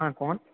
हँ कौन